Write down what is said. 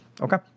Okay